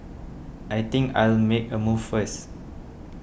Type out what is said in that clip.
I think I'll make a move first